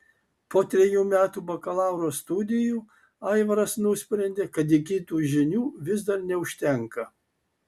po trejų metų bakalauro studijų aivaras nusprendė kad įgytų žinių vis dar neužtenka